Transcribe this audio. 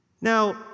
Now